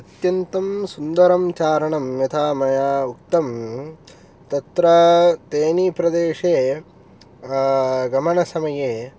अत्यन्तं सुन्दरं चारणं यथा मया उक्तं तत्र तेनीप्रदेशे गमनसमये